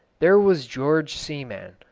there was george seaman,